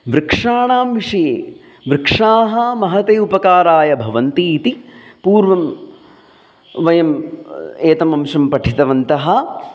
वृक्षाणां विषये वृक्षाः महते उपकाराय भवन्ति इति पूर्वं वयम् एतमंशं पठितवन्तः